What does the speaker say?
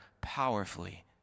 powerfully